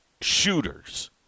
shooters